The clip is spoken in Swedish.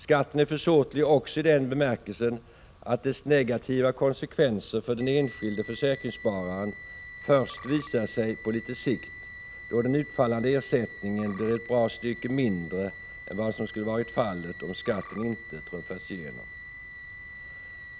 Skatten är försåtlig också i den bemärkelsen att dess negativa konsekvenser för den enskilde försäkringsspararen visar sig först på litet sikt, då den utfallande ersättningen blir ett bra stycke mindre än vad som skulle vara fallet om skatten inte hade trumfats igenom.